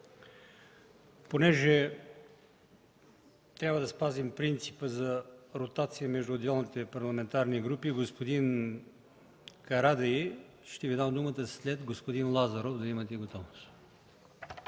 Понеже трябва да спазим принципа за ротация между отделните парламентарни групи, господин Карадайъ, ще Ви дам думата след господин Лазаров – да имате готовност.